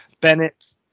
Bennett